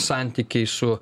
santykiai su